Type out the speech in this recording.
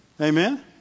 Amen